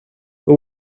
but